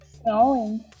Snowing